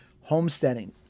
homesteading